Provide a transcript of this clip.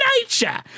nature